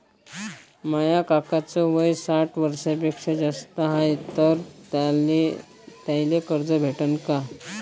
माया काकाच वय साठ वर्षांपेक्षा जास्त हाय तर त्याइले कर्ज भेटन का?